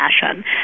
fashion